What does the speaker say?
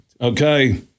Okay